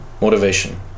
Motivation